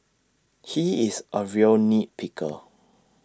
he is A real nit picker